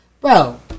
bro